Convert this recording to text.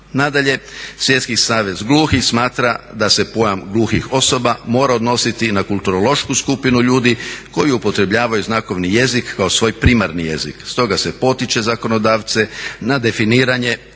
Nadalje, Svjetski savez gluhih smatra da se pojam gluhih osoba mora odnositi na kulturološku skupinu ljudi koji upotrebljavaju znakovni jezik kao svoj primarni jezik, stoga se potiče zakonodavce na definiranje